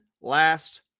last